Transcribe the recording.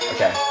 Okay